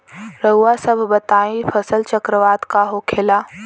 रउआ सभ बताई फसल चक्रवात का होखेला?